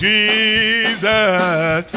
Jesus